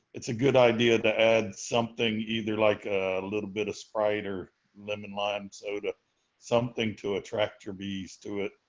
it's a good idea to add something either like a little bit of sprite or lemon lime soda something to attract your bees to it.